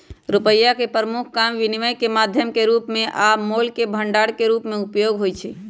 रुपइया के प्रमुख काम विनिमय के माध्यम के रूप में आ मोल के भंडार के रूप में उपयोग हइ